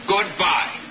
Goodbye